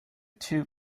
two